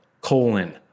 colon